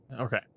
okay